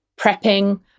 prepping